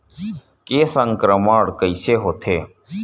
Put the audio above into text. के संक्रमण कइसे होथे?